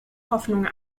hoffnung